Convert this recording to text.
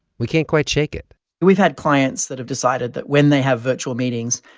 we can't quite shake it we've had clients that have decided that when they have virtual meetings,